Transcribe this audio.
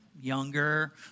younger